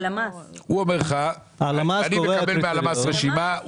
הוא אומר לך אני מקבל מהלמ"ס רשימה,